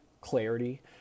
clarity